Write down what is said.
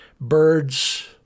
Birds